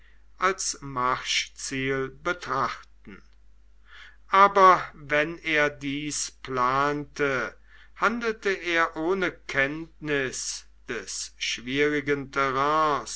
als marschziel betrachten aber wenn er dies plante handelte er ohne kenntnis des schwierigen terrains